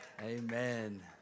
amen